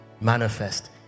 manifest